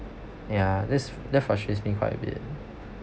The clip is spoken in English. ya this that frustrates me quite a bit